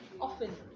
Often